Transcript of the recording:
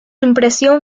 impresión